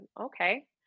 Okay